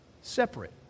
Separate